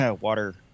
water